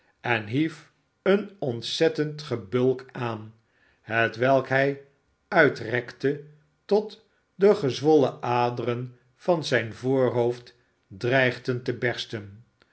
en hief een ontzettend gebulk aan hetwelk hij uitrekte tot de gezwollen aderen van zijn voorhoofd dreigden te bersten